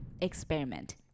experiment